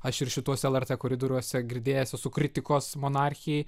aš ir šituos lrt koridoriuose girdėjęs esu kritikos monarchijai